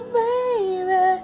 baby